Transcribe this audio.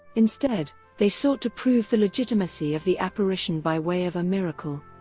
instead, they sought to prove the legitimacy of the apparition by way of a miracle.